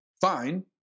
Fine